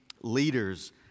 leaders